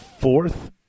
fourth